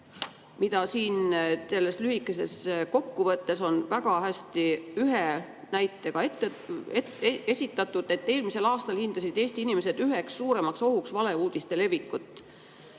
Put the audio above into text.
mida siin selles lühikeses kokkuvõttes on väga hästi ühe näite abil esitatud: eelmisel aastal hindasid Eesti inimesed üheks suuremaks ohuks valeuudiste levikut.